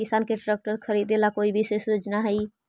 किसान के ट्रैक्टर खरीदे ला कोई विशेष योजना हई?